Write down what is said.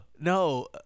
No